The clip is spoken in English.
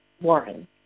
Warren